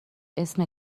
اسم